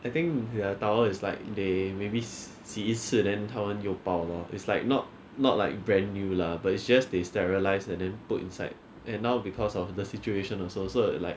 I think their towel is like they maybe 洗一次 then 他们有包 lor it's like not not like brand new lah but it's just they sterilise and then put inside and now because of the situation also so like